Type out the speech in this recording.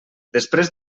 després